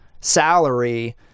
salary